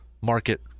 market